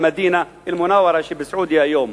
במדינה אל-מנו'ורה שבסעודיה היום,